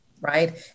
Right